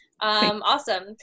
Awesome